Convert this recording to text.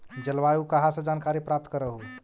जलवायु कहा से जानकारी प्राप्त करहू?